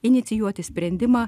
inicijuoti sprendimą